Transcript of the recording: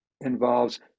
involves